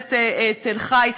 במכללת תל-חי,